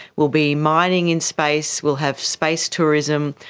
will be mining in space, will have space tourism,